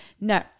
no